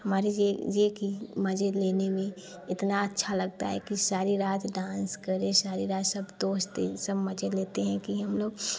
हमारे जिए जे कि मज़े लेने में इतना अच्छा लगता है कि सारी रात डांस करे सारी रात सब दोस्त ते सब मज़े लेते हैं कि हम लोग